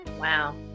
wow